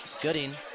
Gooding